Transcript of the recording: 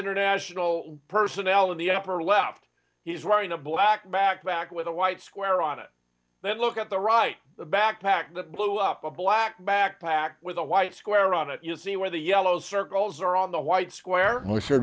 international personnel in the upper left he's wearing a black backpack with a white square on it then look at the right the backpack that blew up a black backpack with a white square on it you see where the yellow circles are on the white square